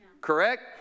Correct